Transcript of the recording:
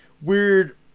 weird